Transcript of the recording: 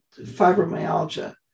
fibromyalgia